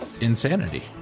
insanity